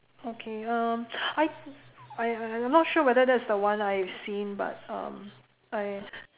okay um I I I not sure whether that's the one I have seen but um I